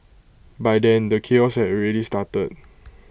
by then the chaos had already started